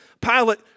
Pilate